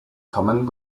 common